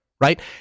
right